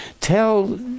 tell